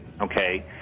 okay